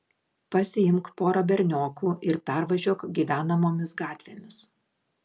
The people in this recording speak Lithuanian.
pasiimk porą berniokų ir pervažiuok gyvenamomis gatvėmis